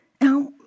Now